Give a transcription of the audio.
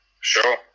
sure